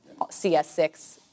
CS6